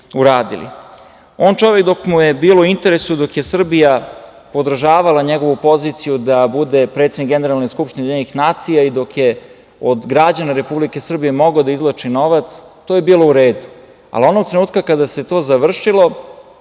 su uradili. Dok mu je bilo u interesu, dok je Srbija podržavala njegovu poziciju da bude predsednik Generalne skupštine UN i dok je od građana Republike Srbije mogao da izvlači novac, to je bilo u redu, ali onog trenutka kada se to završilo